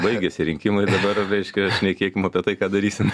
baigėsi rinkimai dabar reiškia šnekėkim apie tai ką darysim